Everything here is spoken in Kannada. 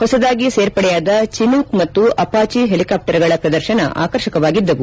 ಹೊಸದಾಗಿ ಸೇರ್ಪಡೆಯಾದ ಚಿನೂಕ್ ಮತ್ತು ಅಪಾಚಿ ಹೆಲಿಕಾಫ್ಸರ್ ಗಳ ಪ್ರದರ್ಶನ ಆಕರ್ಷಕವಾಗಿದ್ದವು